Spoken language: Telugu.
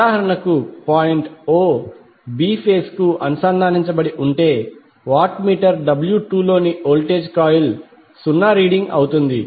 ఉదాహరణకు పాయింట్ o బి ఫేజ్ కు అనుసంధానించబడి ఉంటే వాట్ మీటర్ W 2 లోని వోల్టేజ్ కాయిల్ 0 రీడింగ్ అవుతుంది